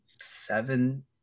seven